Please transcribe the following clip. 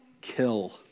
Kill